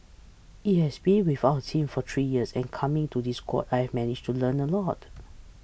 he has been without a team for three years and coming to this squad I've managed to learn a lot